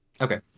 Okay